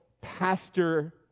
pastor